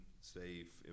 safe